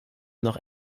noch